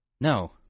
No